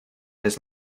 his